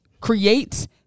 creates